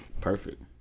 Perfect